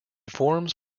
forms